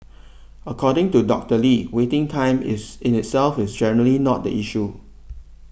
according to Doctor Lee waiting time is itself is generally not the issue